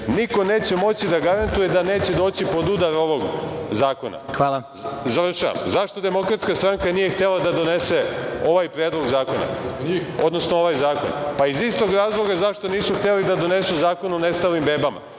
niko neće moći da garantuje da neće doći pod udar ovog zakona.Zašto Demokratska stranka nije htela da donese ovaj Predlog zakona, odnosno ovaj zakon? Iz istog razloga zašto nisu hteli da donesu zakon o nestalim bebama.